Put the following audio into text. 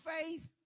faith